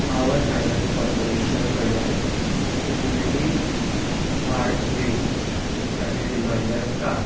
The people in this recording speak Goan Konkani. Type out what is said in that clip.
पावर फायनान्स कॉर्परेशन कडल्यान सिक्युरिटीज आड रीण खातीर रिमांयडर काड